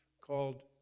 called